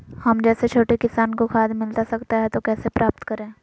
हम जैसे छोटे किसान को खाद मिलता सकता है तो कैसे प्राप्त करें?